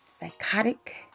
Psychotic